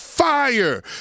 Fire